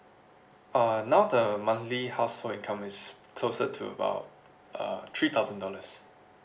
uh now the monthly household income is closer to about uh three thousand dollars